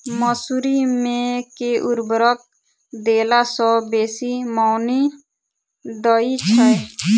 मसूरी मे केँ उर्वरक देला सऽ बेसी मॉनी दइ छै?